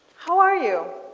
how are you?